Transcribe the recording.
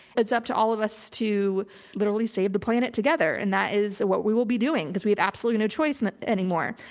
it's up to all of us to literally save the planet together and that is what we will be doing cause we have absolutely no choice and anymore.